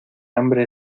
hambre